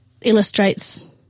illustrates